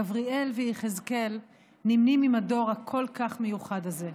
גבריאל ויחזקאל נמנים עם הדור הכל-כך מיוחד הזה.